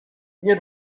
nie